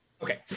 Okay